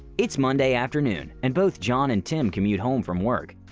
it's monday afternoon and both john and tim commute home from work.